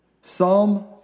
Psalm